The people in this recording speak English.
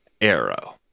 Arrow